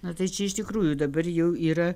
na tai čia iš tikrųjų dabar jau yra